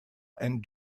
and